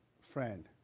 friend